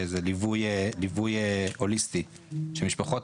זה ליווי הוליסטי של משפחות.